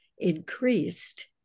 increased